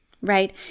right